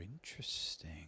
interesting